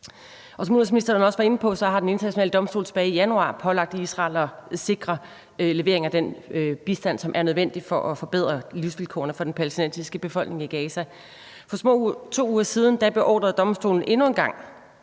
Som udenrigsministeren også var inde på, har den internationale domstol tilbage i januar pålagt Israel at sikre levering af den bistand, som er nødvendig for at forbedre livsvilkårene for den palæstinensiske befolkning i Gaza. For små 2 uger siden beordrede domstolen endnu en gang